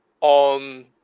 on